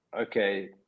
okay